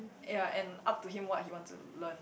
yea and up to him what he want to learn